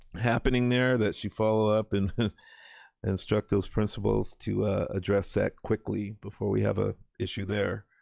happening there that she follow up and instruct those principals to address that quickly before we have a issue there.